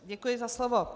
Děkuji za slovo.